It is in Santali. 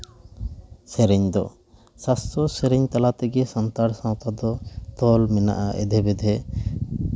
ᱥᱮᱨᱮᱧ ᱫᱚ ᱥᱟᱥᱛᱚᱨ ᱥᱮᱨᱮᱧ ᱛᱟᱞᱟ ᱛᱮᱜᱮ ᱥᱟᱱᱛᱟᱲ ᱥᱟᱶᱛᱟ ᱫᱚ ᱛᱚᱞ ᱢᱮᱱᱟᱜᱼᱟ ᱮᱫᱷᱮ ᱵᱮᱫᱷᱮ